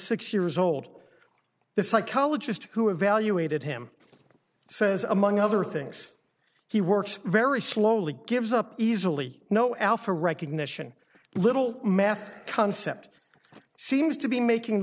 six years old the psychologist who evaluated him says among other things he works very slowly gives up easily no alfre recognition little math concept seems to be making